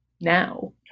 now